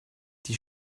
die